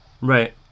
Right